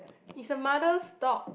is a mother's dog